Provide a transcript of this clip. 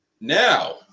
now